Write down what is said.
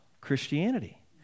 Christianity